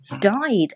died